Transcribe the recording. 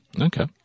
Okay